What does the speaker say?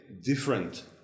different